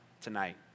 tonight